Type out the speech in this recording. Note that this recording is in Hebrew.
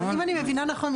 אם אני מבינה נכון,